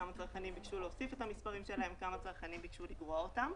כמה צרכנים ביקשו להוסיף את המספרים שלהם וכמה צרכנים ביקשו לגרוע אותם.